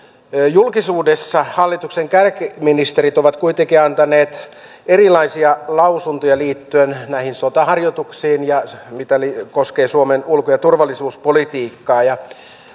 julkisuudessa hallituksen kärkiministerit ovat kuitenkin antaneet erilaisia lausuntoja liittyen näihin sotaharjoituksiin mitä tulee suomen ulko ja turvallisuuspolitiikkaan